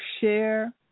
share